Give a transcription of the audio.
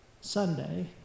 Sunday